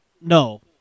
No